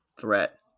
threat